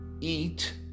eat